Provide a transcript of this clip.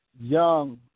young